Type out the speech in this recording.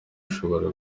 ashobora